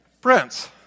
Prince